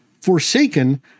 Forsaken